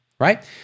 right